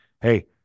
hey